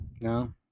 no